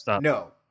No